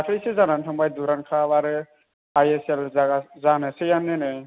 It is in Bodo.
दाख्लैसो जानानै थांबाय दुरान्ड काप आरो आइ एस एल जानोसैयानो नै